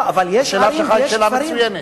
השאלה שלך היא שאלה מצוינת.